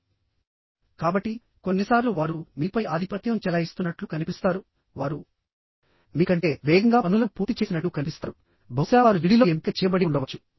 కాబట్టి కొన్నిసార్లు వారు మీపై ఆధిపత్యం చెలాయిస్తున్నట్లు కనిపిస్తారు వారు మీ కంటే వేగంగా పనులను పూర్తి చేసినట్లు కనిపిస్తారు బహుశా వారు జిడిలో ఎంపిక చేయబడి ఉండవచ్చు